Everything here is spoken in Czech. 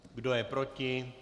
Kdo je proti?